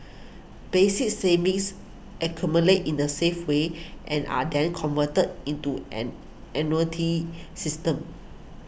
basic savings accumulate in a safe way and are then converted into an annuity system